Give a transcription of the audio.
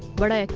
what i'm